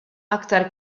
aktar